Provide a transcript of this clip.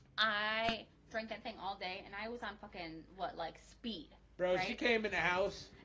i drink that thing all day and i was on fucking what like speed bros. she came in the house